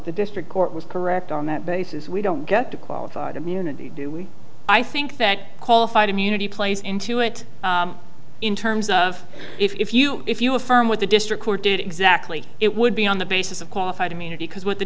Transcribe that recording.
the district court was correct on that basis we don't get to qualified immunity do we i think that qualified immunity plays into it in terms of if you if you affirm what the district court did exactly it would be on the basis of qualified immunity because what the